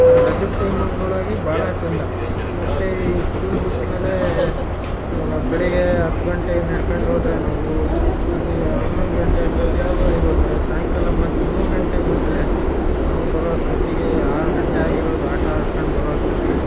ಆ ರಜದ ಟೈಮ್ಗಳಾಗಿ ಭಾಳ ಚೆಂದ ಮತ್ತು ಈ ಸ್ಕೂಲ್ ಬಿಟ್ಟಮೇಲೆ ಇವಾಗ ಬೆಳಿಗ್ಗೆ ಹತ್ತು ಗಂಟೆಗೆ ನಡ್ಕಂಡು ಹೋದ್ರೆ ನಾವು ಅಲ್ಲಿ ಹನ್ನೊಂದು ಗಂಟೆ ಅಷ್ಟೊತ್ತಿಗೆ ಸ್ಕೂಲಿಗೆ ಹೋದರೆ ಸಾಯಂಕಾಲ ಮತ್ತೆ ಮೂರು ಗಂಟೆಗೆ ಬಿಟ್ಟರೆ ನಾವು ಬರೋ ಅಷ್ಟೊತ್ತಿಗೆ ಆರು ಗಂಟೆ ಆಗಿರೋದು ಆಟ ಆಡ್ಕಂಡು ಬರೋ ಅಷ್ಟೊತ್ತಿಗೆ